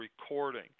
recording